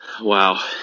Wow